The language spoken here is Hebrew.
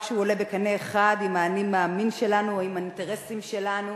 רק כשהוא עולה בקנה אחד עם ה"אני מאמין" שלנו או עם האינטרסים שלנו,